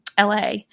LA